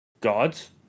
gods